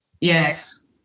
Yes